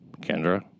Kendra